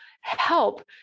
help